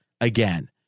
again